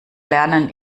lernen